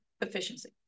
efficiency